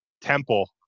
Temple